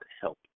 help